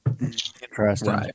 Interesting